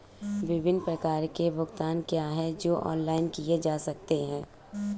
विभिन्न प्रकार के भुगतान क्या हैं जो ऑनलाइन किए जा सकते हैं?